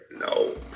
no